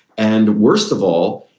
and worst of all,